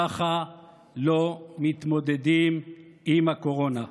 ככה לא מתמודדים עם הקורונה.